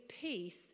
peace